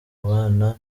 bana